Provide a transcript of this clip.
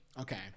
Okay